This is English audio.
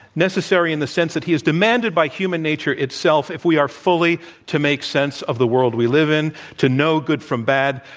necessary in the sense that he is demanded by human nature itself if we are fully to make sense of the world we live in, to know good from bad,